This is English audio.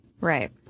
Right